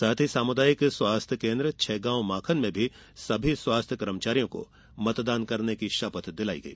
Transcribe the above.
साथ ही सामुदायिक स्वास्थ्य केन्द्र छैगांवमाखन में सभी स्वास्थ्य कर्मचारियों को मतदान करने की शपथ दिलाई गई